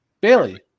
Bailey